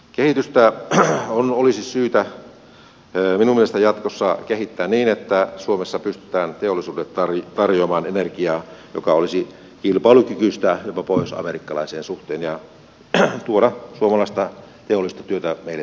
kehitystä olisi syytä minun mielestäni jatkossa kehittää niin että suomessa pystytään teollisuudelle tarjoamaan energiaa joka olisi kilpailukykyistä jopa pohjoisamerikkalaisen energian suhteen ja tuomaan suomalaista teollista työtä meille takaisin